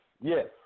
Yes